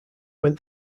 went